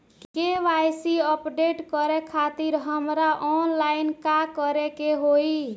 KYC update करे खातिर हमरा ऑनलाइन का करे के होई?